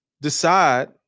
decide